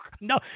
No